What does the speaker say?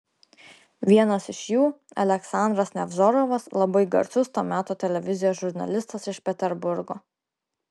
vienas iš jų aleksandras nevzorovas labai garsus to meto televizijos žurnalistas iš peterburgo